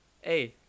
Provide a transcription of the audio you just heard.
hey